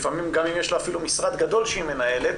לפעמים גם אם יש לה אפילו משרד גדול שהיא מנהלת,